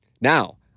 now